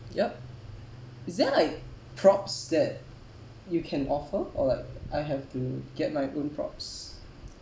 yup is there like props that you can offer or like I have to get my own props